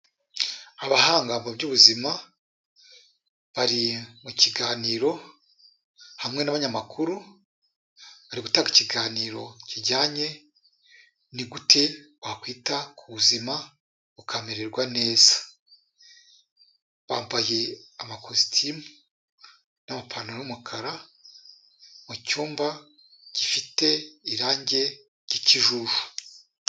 Abahanga mu by'ubuzima, bari mu kiganiro, hamwe n'abanyamakuru, bari gutanga ikiganiro kijyanye, ni gute wakwita ku buzima, ukamererwa neza. Bambaye amakositimu n'amapantaro y'umukara, mu cyumba gifite irange ry'ikijuju.